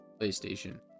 PlayStation